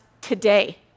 today